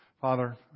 Father